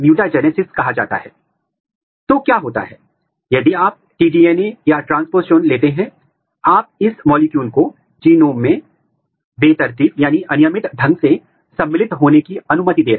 ऐसे बहुत सारे उदाहरण उपलब्ध है जहां पर प्रोटीन इन सीटू संकरण अथवा इम्यून इम्यून हिस्टोकेमिस्ट्री की मदद से प्रोटीन को पहचान सकते हैं